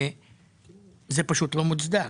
וזה פשוט לא מוצדק.